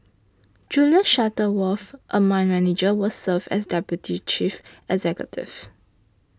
Julie Shuttleworth a mine manager will serve as deputy chief executive